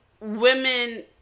women